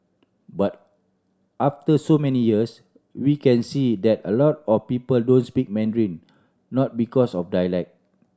but after so many years we can see that a lot of people don't speak Mandarin not because of dialect